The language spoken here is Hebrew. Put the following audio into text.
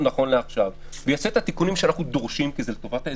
נכון לעכשיו ויעשה את התיקונים שאנחנו דורשים כי זה לטובת האזרחים.